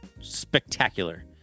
spectacular